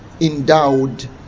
endowed